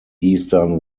eastern